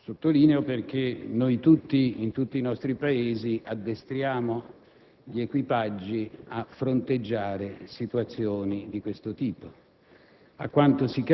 sottolineo perché noi tutti, in tutti i nostri Paesi, addestriamo gli equipaggi a fronteggiare situazioni di questo tipo.